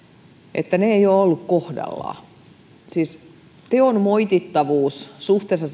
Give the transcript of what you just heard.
että tuomiot eivät ole olleet kohdallaan siis tekojen moitittavuus suhteessa